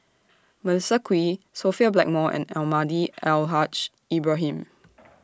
Melissa Kwee Sophia Blackmore and Almahdi Al Haj Ibrahim